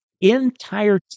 entire